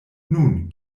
nun